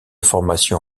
formation